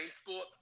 sport